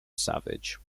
savage